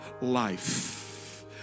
life